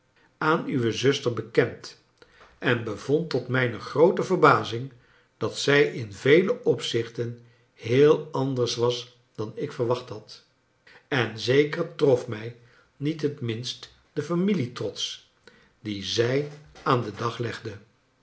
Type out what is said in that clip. aan uwe zuster bekend en bevond tot mijne groote verbazing dat zij in vele opzichten heel anders was dan ik verwacht had en zeker trof mij niet het minst de familietrots dien zij aan den dag legde